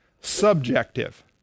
subjective